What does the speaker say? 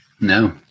No